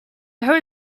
there